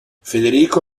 federico